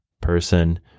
person